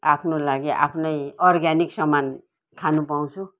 आफ्नो लागि आफ्नै अर्ग्यानिक सामान खानु पाउँछु